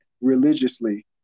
religiously